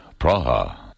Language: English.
Praha